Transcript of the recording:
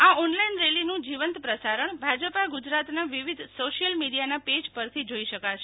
આ ઓનલાઈન રેલીનું જીવંત પ્રસારણ ભાજપના ગુજરાતના વિવિધ સોશિયલ મિડીયાના પેજ પરથી જોઈ શકાશે